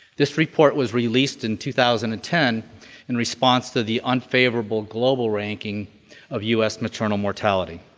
this report was released in two thousand and ten in response to the unfavorable global ranking of us maternal mortality.